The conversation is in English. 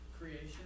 creation